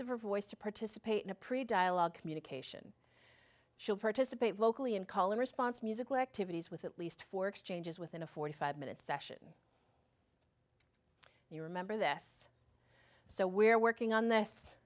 her voice to participate in a pretty dialogue communication should participate vocally and call in response musical activities with at least four exchanges within a forty five minute session you remember this so we're working on this